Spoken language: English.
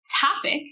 topic